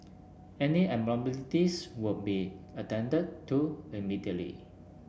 any abnormalities would be attended to immediately